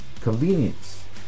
Convenience